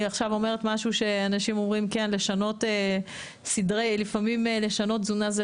לפעמים אנשים מרגישים שלשנות תזונה זה